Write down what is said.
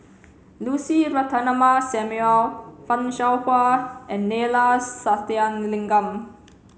Lucy Ratnammah Samuel Fan Shao Hua and Neila Sathyalingam